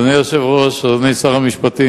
אדוני היושב-ראש, אדוני שר המשפטים,